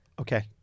Okay